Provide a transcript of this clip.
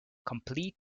complete